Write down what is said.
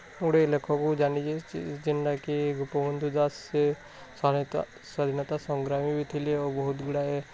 ଓଡ଼ିଆ ଲେଖକ ଜେନା କି ଗୋପବନ୍ଧୁ ଦାସ ସ୍ଵାଧିନତା ସ୍ଵାଧିନତା ସଂଗ୍ରାମୀ ଥିଲେ ଓ ବହୁତ ଗୁଡ଼ାଏ